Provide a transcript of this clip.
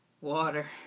Water